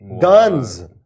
Guns